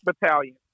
battalion